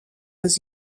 was